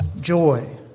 joy